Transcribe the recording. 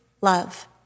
love